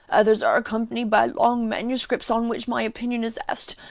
others are accompanied by long manuscripts on which my opinion is asked.